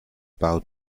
bowed